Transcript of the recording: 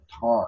time